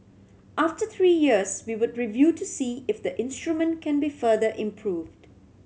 after three years we would review to see if the instrument can be further improved